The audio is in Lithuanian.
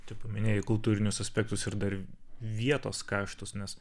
tu paminėjai kultūrinius aspektus ir dar vietos kaštus nes